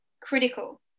critical